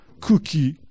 cookie